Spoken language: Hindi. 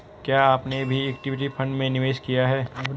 क्या आपने भी इक्विटी फ़ंड में निवेश किया है?